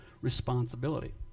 responsibility